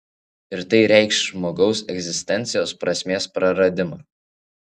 ir tai reikš žmogaus egzistencijos prasmės praradimą